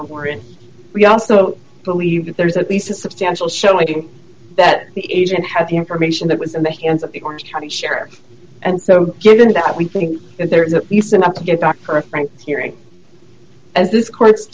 warrant we also believe that there is at least a substantial showing that the agent had the information that was in the hands of the orange county sheriff and so given that we think that there is a you sometimes get back for a frank hearing as this court's